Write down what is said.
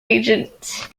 agent